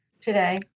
today